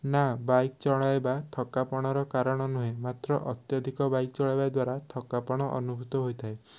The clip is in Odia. ନା ବାଇକ ଚଳାଇବା ଥକାପଣର କାରଣ ନୁହେଁ ମାତ୍ର ଅତ୍ୟଧିକ ବାଇକ ଚଲାଇବା ଦ୍ୱାରା ଥକାପଣ ଅନୁଭୁତ ହୋଇଥାଏ